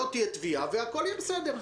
לא תהיה תביעה והכול יהיה בסדר.